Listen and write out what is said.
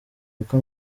uko